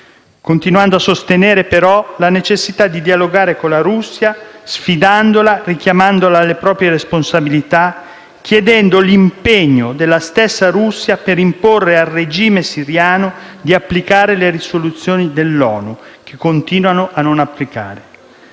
continuando a sostenere però la necessità di dialogare con la Russia, sfidandola, richiamandola alle proprie responsabilità, chiedendo l'impegno della stessa Russia per imporre al regime siriano di applicare le risoluzioni dell'ONU, che esso continua a non applicare.